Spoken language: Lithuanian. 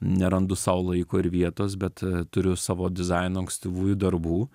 nerandu sau laiko ir vietos bet turiu savo dizaino ankstyvųjų darbų